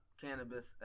cannabis